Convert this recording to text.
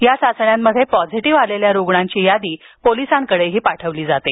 या चाचण्यांमध्ये पॉझिटीव्ह आलेल्या रुग्णांची यादी पोलिसांकडेही पाठवली जाते